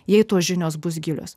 jei tos žinios bus gilios